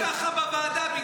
בגלל זה הוא ככה בוועדה,